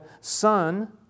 son